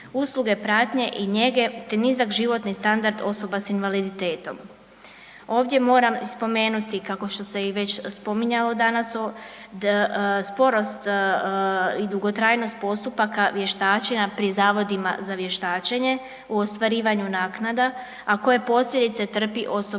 usluge pratnje i njege te niza životni standard osoba sa invaliditetom. Ovdje moram spomenuti kako što se i već spominjalo danas, sporost i dugotrajnost postupaka vještačenja pri zavodima za vještačenje u ostvarivanju naknada a koje posljedice trpi osoba sa